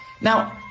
Now